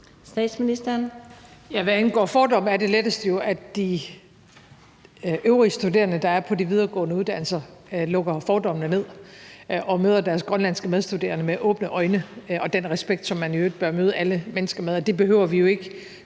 Hvad angår fordomme, så er det letteste jo, at de øvrige studerende, der er på de videregående uddannelser, lukker fordommene ned og møder deres grønlandske studerende med et åbent sind og med den respekt, som man jo i øvrigt bør møde alle mennesker med. Det behøver vi jo ikke